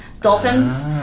dolphins